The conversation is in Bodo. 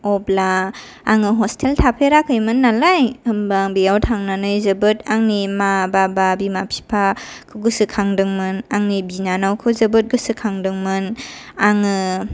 अब्ला आङो हस्टेल थाफेराखैमोन नालाय होमबा बेयाव थांनानै जोबोर आंनि मा बाबा बिमा बिफा गोसोखांदोंमोन आंनि बिनानावखौ जोबोर गोसोखांदोंमोन आङो